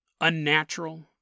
unnatural